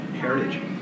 heritage